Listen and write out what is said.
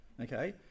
Okay